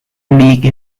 league